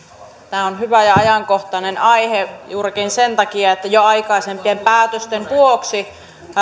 tämä on hyvä ja ajankohtainen aihe juurikin sen takia että jo aikaisempien päätösten vuoksi